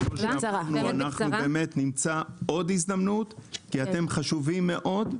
אנחנו נמצא עוד הזדמנות כי אתם חשובים מאוד.